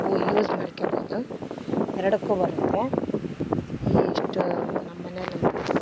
ಹೊ ಯೂಸ್ ಮಾಡ್ಕೊಬೌದು ಎರಡಕ್ಕು ಬರುತ್ತೆ ಈ ಇಷ್ಟು ನಮ್ಮಮನೆಯಲ್ಲೇ ಮಾಡೋದು